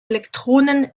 elektronen